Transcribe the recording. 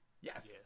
Yes